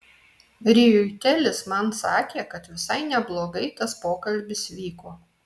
riuitelis man sakė kad visai neblogai tas pokalbis vyko